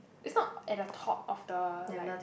it's not at the top of the like